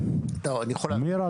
מירה